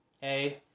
hey